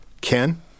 Ken